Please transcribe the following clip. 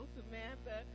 Samantha